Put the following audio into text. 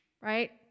right